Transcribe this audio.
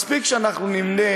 מספיק שנמנה